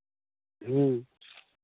ᱦᱩᱸ